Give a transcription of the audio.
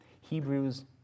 Hebrews